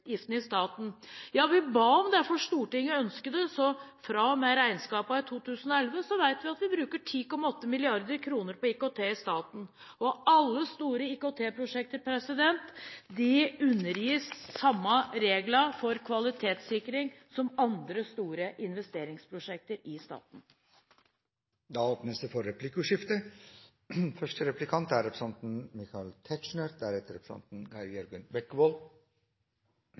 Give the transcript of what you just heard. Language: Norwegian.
vi ba om det, fordi Stortinget ønsket det. Så fra og med regnskapene for 2011 vet vi at vi bruker 10,8 mrd. kr på IKT i staten, og alle store IKT-prosjekter undergis de samme reglene for kvalitetssikring som andre store investeringsprosjekter i staten. Det blir replikkordskifte. Stortinget vedtok i 2005 en ny straffelov. Det er